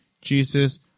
Jesus